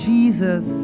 Jesus